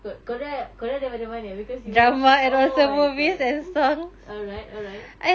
korea korea daripada mana because you watch oh my god alright alright